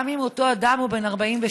גם אם אותו אדם הוא בן 47,